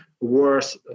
worse